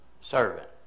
servant